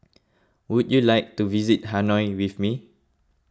would you like to visit Hanoi with me